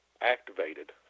activated